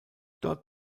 dort